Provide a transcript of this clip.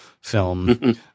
film